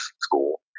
school